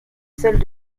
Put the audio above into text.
celles